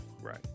Right